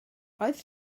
oedd